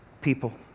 People